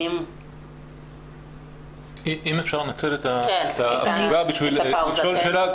אם אפשר לנצל את ההפוגה כדי לשאול שאלה.